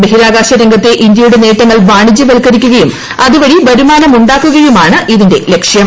ബഹിരാകാശ രംഗത്തെ ഇന്ത്യയുടെ നേട്ടങ്ങൾ വാണിജൃവൽക്കരിക്കുകയും അതുവഴി വരുമാനം ഉണ്ടാക്കുകയുമാണ് ഇതിന്റെ ലക്ഷ്യം